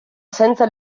senza